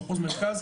מחוז מרכז.